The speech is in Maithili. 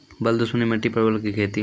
बल दुश्मनी मिट्टी परवल की खेती?